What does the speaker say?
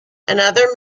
another